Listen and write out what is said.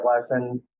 lesson